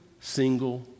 single